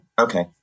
okay